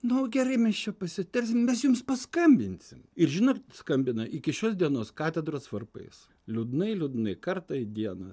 nu gerai mes čia pasitarsim mes jums paskambinsim ir žinot skambina iki šios dienos katedros varpais liūdnai liūdnai kartą į dieną